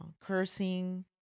cursing